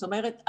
זאת אומרת,